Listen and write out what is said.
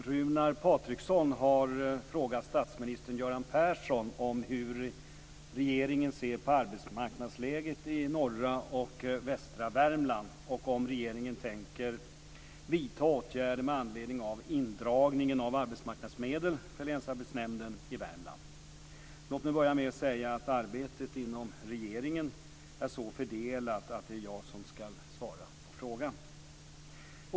Fru talman! Runar Patriksson har frågat statsminister Göran Persson om hur regeringen ser på arbetsmarknadsläget i norra och västra Värmland och om regeringen tänker vidta åtgärder med anledning av indragningen av arbetsmarknadsmedel från länsarbetsnämnden i Värmland. Låt mig börja med att säga att arbetet inom regeringen är så fördelat att det är jag som ska svara på frågan.